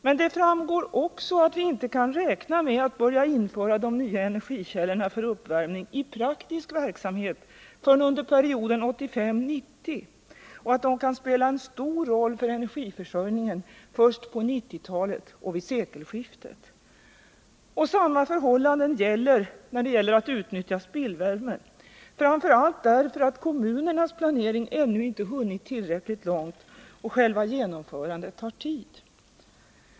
Men det framgår också att vi inte kan räkna med att börja införa de nya energikällorna för uppvärmning i praktisk verksamhet förrän under perioden 1985-1990 och att de kan spela en stor roll för energiförsörjningen först på 1990-talet och vid sekelskiftet. Samma förhållande gäller för utnyttjande av spillvärme, framför allt därför att kommunernas planering ännu inte hunnit tillräckligt långt och själva genomförandet tar tid.